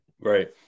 Right